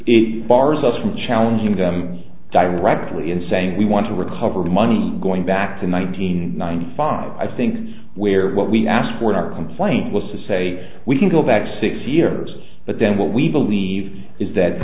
it bars us from challenging them directly in saying we want to recover money going back to nineteen ninety five i think where what we asked for our complaint was to say we can go back six years but then what we believe need is that